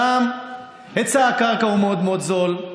שם היצע הקרקע הוא מאוד מאוד זול,